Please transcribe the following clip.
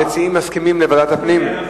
המציעים מסכימים לוועדת הפנים?